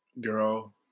Girl